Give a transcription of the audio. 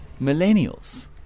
millennials